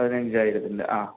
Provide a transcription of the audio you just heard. പതിനഞ്ചായിരത്തിൻ്റെ ആ